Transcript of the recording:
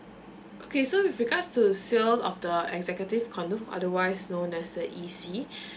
okay so with regards to sale of the executive condominium otherwise known as the E_C